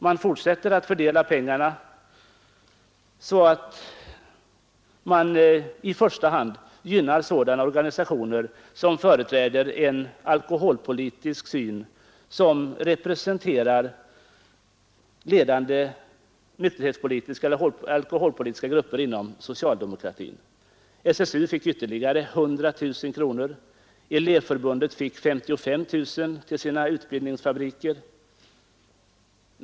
Man fortsätter att fördela pengarna så att man i första hand gynnar sådana organisationer som företräder den syn som omfattas av ledande alkoholpolitiska grupper inom socialdemokratin. SSU fick ytterligare 100 000 kronor, Elevförbundet fick 55 000 till sina utbildningsfabriker.